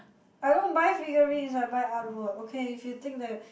I don't buy figurines I buy artwork okay if you think that